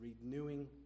renewing